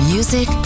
Music